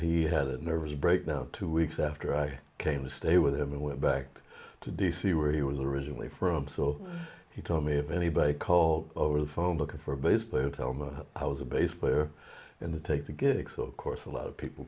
he had a nervous breakdown two weeks after i came to stay with him and went back to d c where he was originally from so he told me if anybody called over the phone looking for a bass player tell me i was a bass player and to take the gig so of course a lot of people